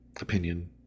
opinion